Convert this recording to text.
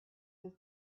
this